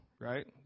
right